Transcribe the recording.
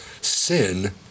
sin